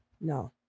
No